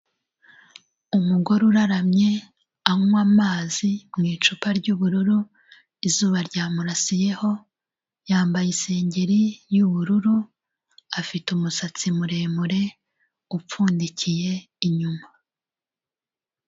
Umugore uraramye anywa amazi mu icupa ry'ubururu, izuba ryamurasiyeho, yambaye isengeri y'ubururu, afite umusatsi muremure upfundikiye inyuma.